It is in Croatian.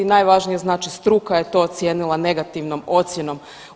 Najvažnije znači struka je to ocijenila negativnom ocjenom.